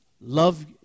love